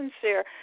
sincere